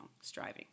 striving